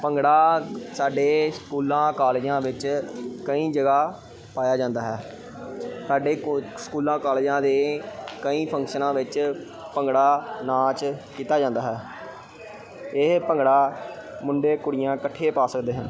ਭੰਗੜਾ ਸਾਡੇ ਸਕੂਲਾਂ ਕਾਲਜਾਂ ਵਿੱਚ ਕਈ ਜਗ੍ਹਾ ਪਾਇਆ ਜਾਂਦਾ ਹੈ ਸਾਡੇ ਕੋ ਸਕੂਲਾਂ ਕਾਲਜਾਂ ਦੇ ਕਈ ਫੰਕਸ਼ਨਾਂ ਵਿੱਚ ਭੰਗੜਾ ਨਾਚ ਕੀਤਾ ਜਾਂਦਾ ਹੈ ਇਹ ਭੰਗੜਾ ਮੁੰਡੇ ਕੁੜੀਆਂ ਇਕੱਠੇ ਪਾ ਸਕਦੇ ਹਨ